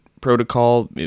protocol